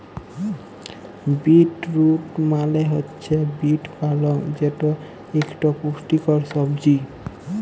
beet root মালে হছে beet পালং যেট ইকট পুষ্টিকর সবজি